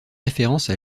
référence